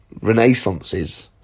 renaissances